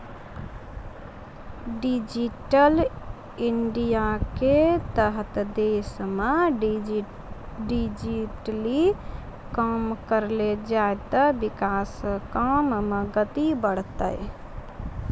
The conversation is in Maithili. डिजिटल इंडियाके तहत देशमे डिजिटली काम करलो जाय ते विकास काम मे गति बढ़तै